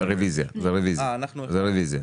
מי נגד?